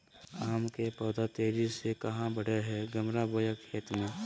आम के पौधा तेजी से कहा बढ़य हैय गमला बोया खेत मे?